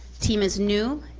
team is new